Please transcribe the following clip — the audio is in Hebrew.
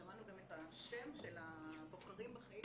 שמענו גם את השם של ה"בוחרים בחיים",